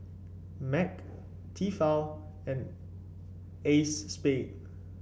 Mac Tefal and Acexspade